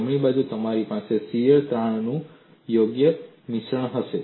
જમણી બાજુએ તમારી પાસે શીયર તાણનું યોગ્ય મિશ્રણ હશે